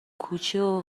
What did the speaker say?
کوچه